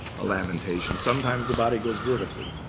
a lamentation. sometimes the body goes vertically.